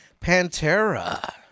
Pantera